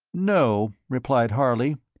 no, replied harley,